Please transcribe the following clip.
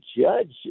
judge